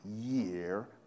Year